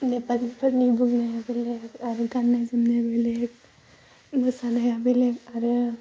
नेपालिफोरनि बेलेग आरो गान्नाय जोमनायया बेलेग मोसानाया बेलेग आरो